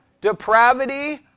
depravity